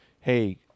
hey